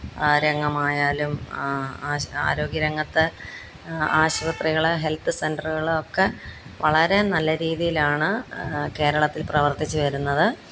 ആ രംഗമായാലും ആരോഗ്യരംഗത്ത് ആശുപത്രികൾ ഹെല്ത്ത് സെന്ററുകൾ ഒക്കെ വളരേ നല്ല രീതിയിലാണ് കേരളത്തില് പ്രവര്ത്തിച്ച് വരുന്നത്